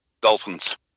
Dolphins